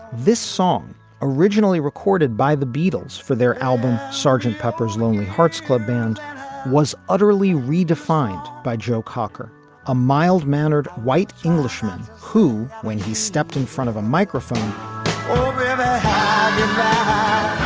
this song originally recorded by the beatles for their album so sgt. pepper's lonely hearts club band was utterly redefined by joe cocker a mild mannered white englishman who when he stepped in front of a microphone. um